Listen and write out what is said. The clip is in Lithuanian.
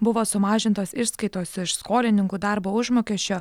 buvo sumažintos išskaitos iš skolininkų darbo užmokesčio